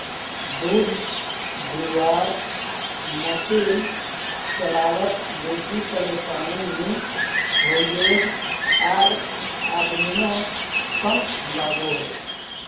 दूध धुआर मसिन चलवात बेसी परेशानी नि होइयेह आर आदमियों कम लागोहो